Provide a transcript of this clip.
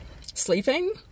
sleeping